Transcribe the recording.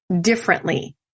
differently